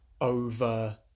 over